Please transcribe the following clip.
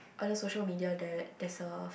other social media there there's of